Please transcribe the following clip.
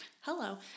hello